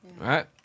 Right